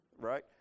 right